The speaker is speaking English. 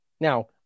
Now